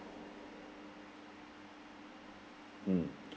mm